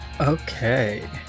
Okay